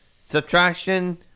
subtraction